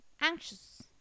anxious